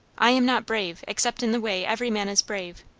i am not brave, except in the way every man is brave.